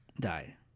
died